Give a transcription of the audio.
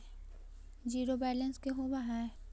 Zero balance का होव हइ?